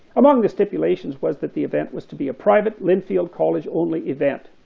among the stipulations was that the event was to be a private linfield college-only event.